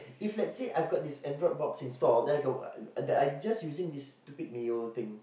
if let's say I got this Android box installed then I can watch that I just using this stupid Mio thing